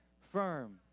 firm